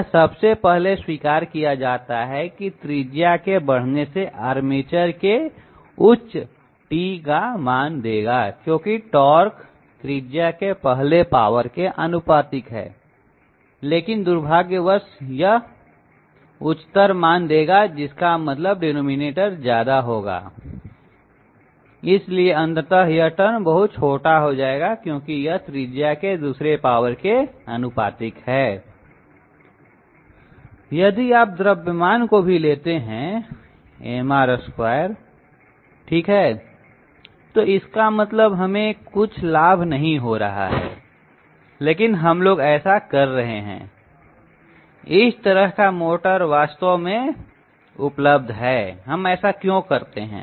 यह सबसे पहले स्वीकार किया जाता है कि त्रिज्या के बढ़ने से आर्मेचर के उच्च T का मान देगा क्योंकि टॉर्क त्रिज्या के पहले पावर के आनुपातिक है लेकिन दुर्भाग्यवश यह का उच्चतर मान देगा जिसका मतलब हर ज्यादा हो जाएगा इसलिए अंततः यह टर्म बहुत छोटा हो जाएगा क्योंकि यह त्रिज्या के दूसरे पावर के अनुपातिक है यदि आप द्रव्यमान को भी लेते हैं MR2 ठीक है तो इसका मतलब हमें कुछ लाभ नहीं हो रहा है लेकिन हम लोग ऐसा कर रहे हैं इस तरह का मोटर वास्तव में यह उपलब्ध है हम ऐसा क्यों करते हैं